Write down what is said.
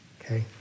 okay